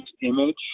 Image